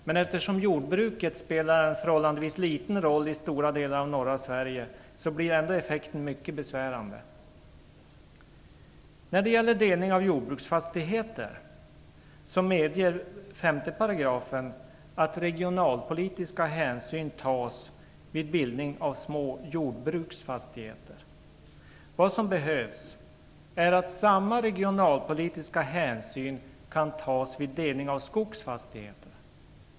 Men eftersom jordbruket spelar en förhållandevis liten roll i stora delar av norra Sverige, blir ändå effekten mycket besvärande. När det gäller delning av jordbruksfastigheter medger 5 § att regionalpolitiska hänsyn tas vid bildning av små jordbruksfastigheter. Vad som behövs är att samma regionalpolitiska hänsyn kan tas vid delning av skogsfastigheter.